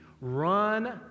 run